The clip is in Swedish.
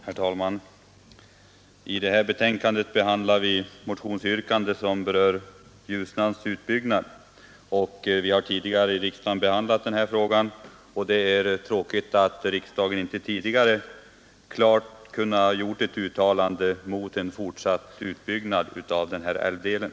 Herr talman! I detta betänkande behandlar vi motionsyrkanden som berör Ljusnans utbyggnad. Vi har tidigare här i riksdagen behandlat denna fråga, och det är tråkigt att riksdagen inte tidigare har kunnat göra ett klart uttalande mot en fortsatt utbyggnad av den här älvdelen.